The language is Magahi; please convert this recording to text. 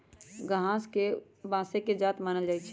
बांस के घासे के जात मानल जाइ छइ